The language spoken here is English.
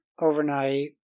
overnight